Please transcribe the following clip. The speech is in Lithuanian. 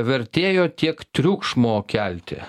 vertėjo tiek triukšmo kelti